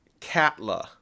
Catla